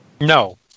no